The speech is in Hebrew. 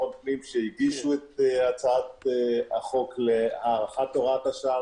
הפנים שהגישו את הצעת החוק להארכת הוראת השעה.